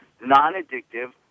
non-addictive